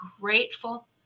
grateful